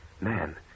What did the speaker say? Man